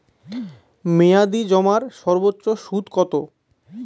মেয়াদি জমার সর্বোচ্চ সুদ কতো?